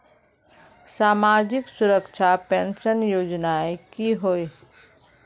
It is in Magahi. सामाजिक सुरक्षा पेंशन योजनाएँ की होय?